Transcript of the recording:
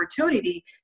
opportunity